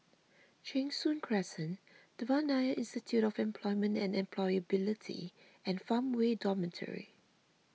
Cheng Soon Crescent Devan Nair Institute of Employment and Employability and Farmway Dormitory